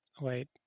Wait